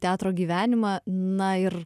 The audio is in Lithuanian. teatro gyvenimą na ir